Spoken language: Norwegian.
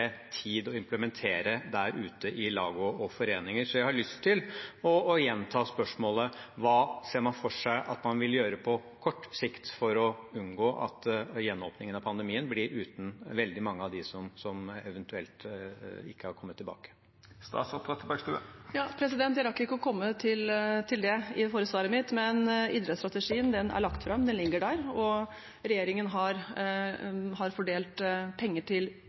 tid å implementere der ute i lag og foreninger. Så jeg har lyst til å gjenta spørsmålet: Hva ser man for seg at man vil gjøre på kort sikt for å unngå at gjenåpningen etter pandemien blir uten veldig mange av dem som eventuelt ikke har kommet tilbake? Jeg rakk ikke å komme til det i det forrige svaret mitt. Idrettsstrategien er lagt fram, den ligger der, og regjeringen har fordelt penger til